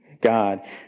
God